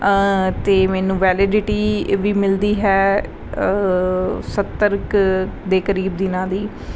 ਅਤੇ ਮੈਨੂੰ ਵੈਲੀਡਿਟੀ ਵੀ ਮਿਲਦੀ ਹੈ ਸੱਤਰ ਕੁ ਦੇ ਕਰੀਬ ਦਿਨਾਂ ਦੀ